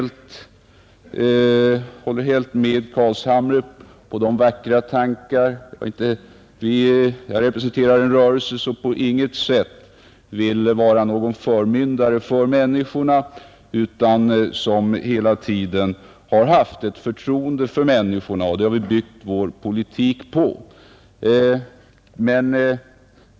Jag instämmer helt med herr Carlshamre i hans vackra tankar. Jag representerar en rörelse som på intet sätt vill vara någon förmyndare för människor utan tvärtom hela tiden hyst förtroende för människor. Vi har byggt vår politik på denna inställning.